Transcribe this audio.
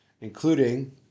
including